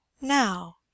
Now